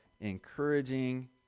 encouraging